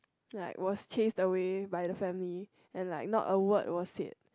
like was chased away by the family and like not a word was said